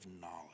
knowledge